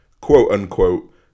quote-unquote